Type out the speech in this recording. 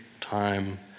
time